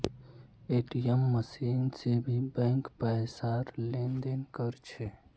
ATM machine से भी bank पैसार लेन देन कर छे